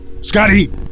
Scotty